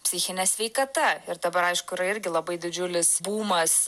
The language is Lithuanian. psichine sveikata ir dabar aišku yra irgi labai didžiulis bumas